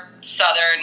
Southern